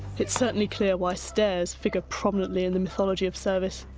it's certainly clear why stairs figure prominently in the mythology of service.